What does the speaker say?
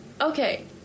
Okay